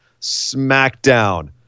SmackDown